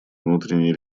внутренней